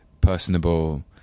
personable